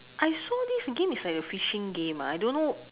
I saw this game is like a fishing game ah I don't know